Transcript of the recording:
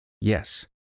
Yes